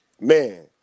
Man